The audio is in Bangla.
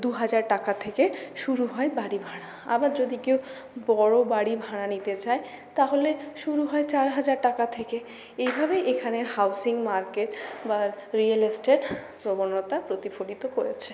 দু হাজার টাকা থেকে শুরু হয় বাড়ি ভাড়া আবার যদি কেউ বড় বাড়ি ভাড়া নিতে চায় তাহলে শুরু হয় চার হাজার টাকা থেকে এইভাবেই এখানের হাউসিং মার্কেট বা রিয়েল এস্টেট প্রবণতা প্রতিফলিত করেছে